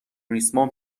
ریسمان